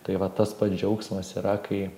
tai va tas pats džiaugsmas yra kai